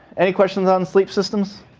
any questions on sleep systems?